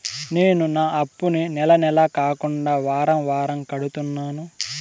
నేను నా అప్పుని నెల నెల కాకుండా వారం వారం కడుతున్నాను